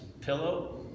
pillow